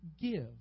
give